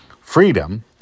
Freedom